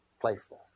playful